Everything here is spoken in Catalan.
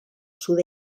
sud